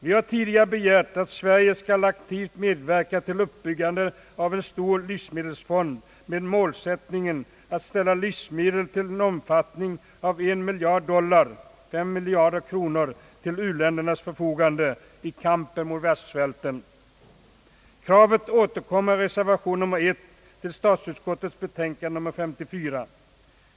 Vi har tidigare begärt att Sverige skall aktivt medverka till uppbyggande av en stor livsmedelsfond med målsättningen att ställa livsmedel till en omfattning av 1 miljard dollar — 5 miljarder kronor — till u-ländernas förfogande i kampen mot världssvälten. Kravet återkommer i reservation nr 1 till statsutskottets utlåtande nr 54.